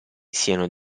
siano